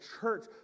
church